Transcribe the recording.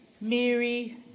Mary